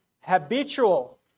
habitual